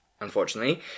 Unfortunately